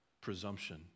presumption